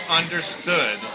understood